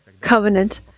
covenant